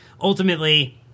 ultimately